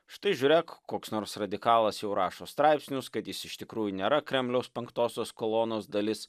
štai žiūrėk koks nors radikalas jau rašo straipsnius kad jis iš tikrųjų nėra kremliaus penktosios kolonos dalis